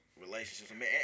relationships